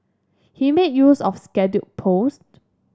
he made use of scheduled post